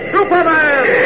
Superman